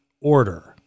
order